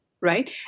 right